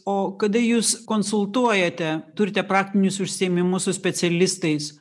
o kada jūs konsultuojate turite praktinius užsiėmimus su specialistais